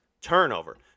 turnover